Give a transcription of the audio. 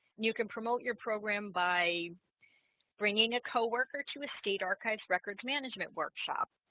you can promote your program by bringing a co-worker to a state archives records management workshop.